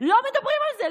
לא מדברים על זה,